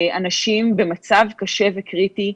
של אנשים במצב קשה וקריטי,